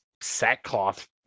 sackcloth